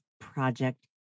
Project